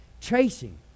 Chasing